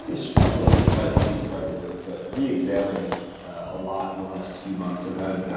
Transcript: ah struggling might not be the right word, but reexamining a lot in the last few months. i've had